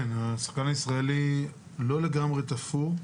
נושא השחקן הישראלי לא לגמרי תפור.